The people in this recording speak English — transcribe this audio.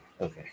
okay